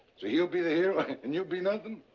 so he'll be the hero and you'll be nothing?